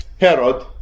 Herod